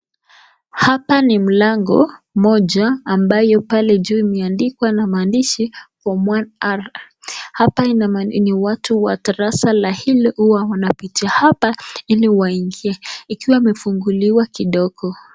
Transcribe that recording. Hapa ni mlango moja ambayo pale juu imeandika na maandishi form one R hapa ni watu wa darasa la hilo hua wanapita apa iliwaingie ikiwa imefunguliwa kidogo.